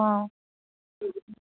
অঁ